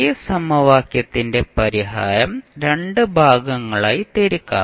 ഈ സമവാക്യത്തിന്റെ പരിഹാരം രണ്ട് ഭാഗങ്ങളായി തിരിക്കാം